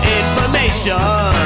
information